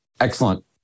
excellent